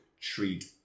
treat